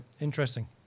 Interesting